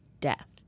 Death